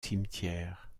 cimetière